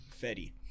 Fetty